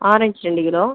orange ரெண்டு kilo